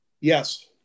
Yes